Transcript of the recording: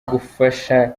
gufasha